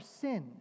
sin